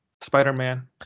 spider-man